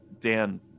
Dan